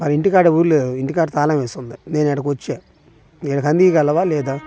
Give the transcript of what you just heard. అది ఇంటికాడ ఎవరు లేరు ఇంటికాడ తాళం వేసి ఉంది నేను ఇక్కడికి వచ్చాను ఇక్కడికి అందించగలవా లేదా